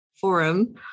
forum